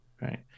right